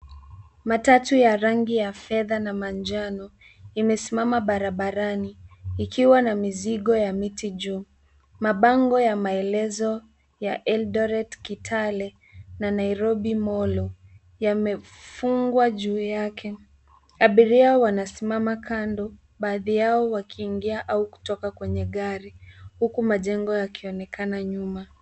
Matatu ya rangi ya fedha na manjano, imesimama barabarani, ikiwa na mizigo ya miti juu mabango ya maelezo ya Eldoret, Kitale na Nairobi Molo yamefungwa juu yake. Abiria wanasimama kando baadhi yao wakiingia au kutoka kwenye gari, huku majengo yakionekana nyuma.